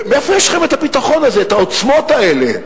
מאיפה יש לכם הביטחון הזה, העוצמות האלה?